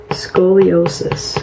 scoliosis